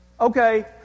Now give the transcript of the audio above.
okay